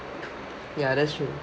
ya that's true